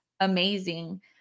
Amazing